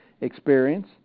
experience